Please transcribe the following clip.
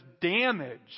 damage